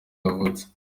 yavutse